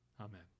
Amen